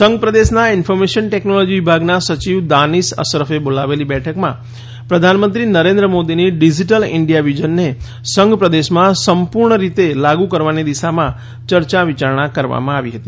સંઘપ્રદેશના information technology વિભાગના સચિવ દાનિશ અશરફે બોલાવેલી બેઠકમાં પ્રધાનમંત્રી નરેન્દ્ર મોદીની ડિજિટલ ઇન્ડિયા વિઝનને સંઘપ્રદેશમાં સંપૂર્ણ રીતે લાગુ કરવાની દિશામાં ચર્ચા વિચારણા કરવામાં આવી હતી